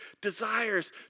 desires